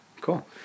Cool